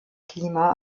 klima